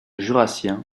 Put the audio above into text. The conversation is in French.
jurassien